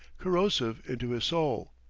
corrosive, into his soul.